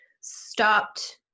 stopped